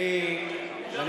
מיליון ו-350,000,